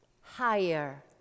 higher